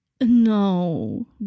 No